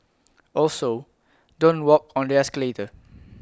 also don't walk on the escalator